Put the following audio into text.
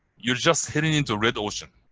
you're just hitting into red ocean,